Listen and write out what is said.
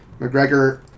McGregor